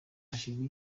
hashyirwa